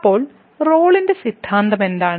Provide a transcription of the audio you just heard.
അപ്പോൾ റോളിന്റെ സിദ്ധാന്തം എന്താണ്